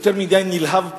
יותר מדי נלהב,